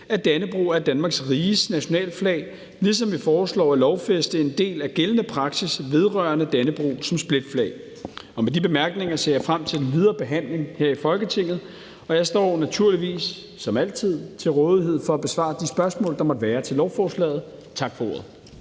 at Dannebrog er Danmarks Riges nationalflag, ligesom vi foreslår at lovfæste en del af gældende praksis vedrørende Dannebrog som splitflag. Med de bemærkninger ser jeg frem til den videre behandling her i Folketinget, og jeg står naturligvis som altid til rådighed for at besvare de spørgsmål, der måtte være til lovforslaget. Tak for ordet.